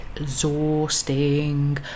exhausting